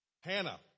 Hannah